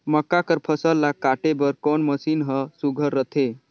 मक्का कर फसल ला काटे बर कोन मशीन ह सुघ्घर रथे?